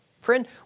Friend